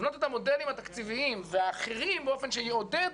לבנות את המודלים התקציביים והאחרים באופן שיעודדו